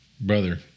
brother